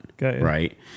right